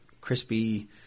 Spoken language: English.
crispy